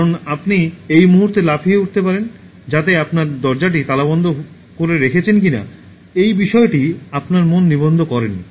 কারণ আপনি এই মুহুর্তে লাফিয়ে উঠতে পারেন যাতে আপনার দরজাটি তালাবন্ধ করে রেখেছেন কিনা এই বিষয়টি আপনার মন নিবন্ধ করেন নি